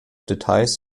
details